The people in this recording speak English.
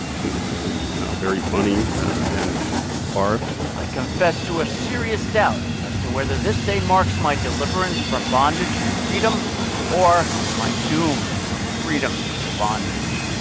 he could be very funny and barbed i confess to a serious doubt as to whether this day marks my deliverance from bondage to freedom or my doom from freedom to bondage